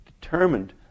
determined